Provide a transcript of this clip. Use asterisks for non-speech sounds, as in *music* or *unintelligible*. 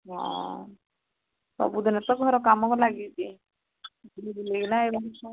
ହଁ ସବୁଦିନ ତ ଘର କାମକୁ ଲାଗିଛି *unintelligible* ଗଲା ଏମିତି ସବୁ